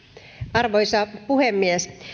arvoisa puhemies